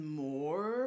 more